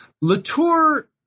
Latour